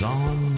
on